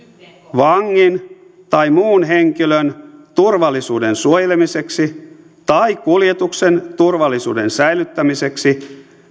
vangin tai muun henkilön turvallisuuden suojelemiseksi tai kuljetuksen turvallisuuden säilyttämiseksi